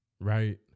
Right